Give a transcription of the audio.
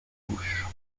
couches